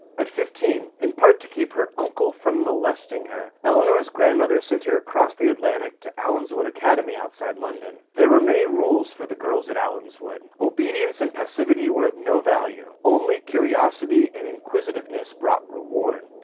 at fifteen, in part to keep her uncle from molesting her, eleanor's grandmother sent her across the atlantic to allenswood academy outside london. there were many rules for the girls at allenswood. obedience and passivity were of no value, only curiosity and inquisitiveness brought reward.